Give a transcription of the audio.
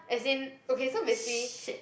as in okay so basically